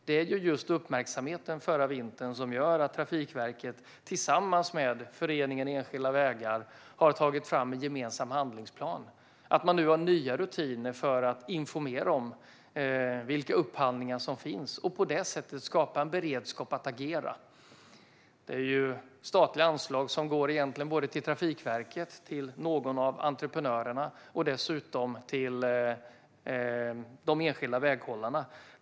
Det är just uppmärksamheten förra vintern som gör att Trafikverket tillsammans med Riksförbundet enskilda vägar har tagit fram en gemensam handlingsplan och att man nu har nya rutiner för att informera om vilka upphandlingar som finns och på det sättet skapa en beredskap att agera. Det är statliga anslag som egentligen går till Trafikverket, till någon av entreprenörerna och dessutom till de enskilda väghållarna.